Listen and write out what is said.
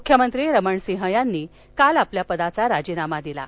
मुख्यमंत्री रमण सिंह यांनी काल आपल्या पदाचा राजीनामा दिला आहे